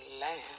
land